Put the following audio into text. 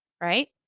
Right